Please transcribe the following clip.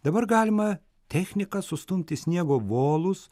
dabar galima technika sustumti sniego volus